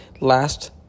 Last